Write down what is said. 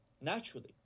naturally